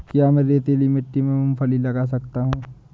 क्या मैं रेतीली मिट्टी में मूँगफली लगा सकता हूँ?